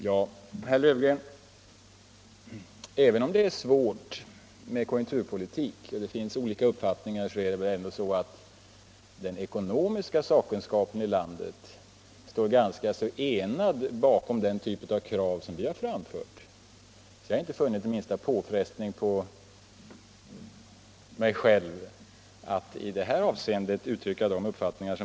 Ja, herr Löfgren, även om det är svårt med konjunkturpolitik och det finns olika uppfattningar, förhåller det sig ju så, att den ekonomiska sakkunskapen i landet står ganska enad bakom den typ av krav som vi framfört. Jag har inte känt minsta påfrestning på mig själv när det gällt att i det här avseendet uttrycka våra uppfattningar.